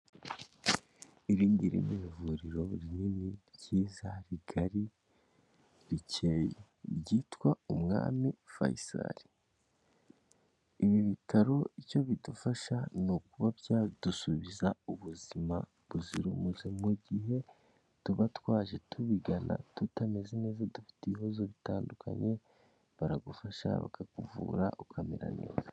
Iri ngiri ni ivuriro rinini ryiza rigari rikeye byitwa umwami Fayizari ibi bitaro icyo bidufasha ni ukuba byadusubiza ubuzima buzira umuze mu gihe tuba twaje tubigana tutameze neza, dufite ibibazo bitandukanye baragufasha bakakuvura ukamera neza.